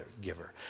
giver